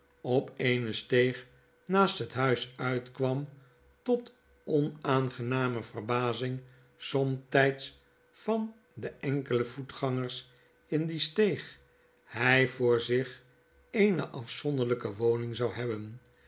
op eene steeg naast het huis uitkwam tot onaangename verbazing somtps van de enkele voetgangers in die steeg hij voor zich eene afzonderlijke woning zou hebben